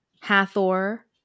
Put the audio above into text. hathor